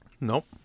Nope